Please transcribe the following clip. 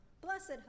blessed